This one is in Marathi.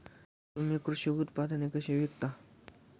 तुम्ही कृषी उत्पादने कशी विकता?